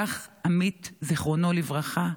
כך עמית, זיכרונו לברכה,